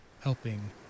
helping